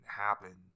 happen